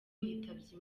yitabye